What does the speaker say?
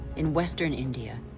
in western india,